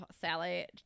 sally